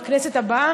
קודם כול,